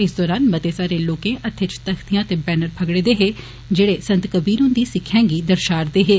इस दरान मते सारे लोके हत्थे इच तख्तियां ते बैनर फगड़े दे हे जेड़े संत कबीर हुंदी सिक्खेआएं गी दर्शा रदे हे